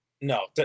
No